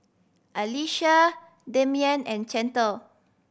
Alisha Damien and Chantel